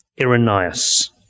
Irenaeus